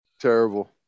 Terrible